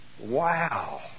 Wow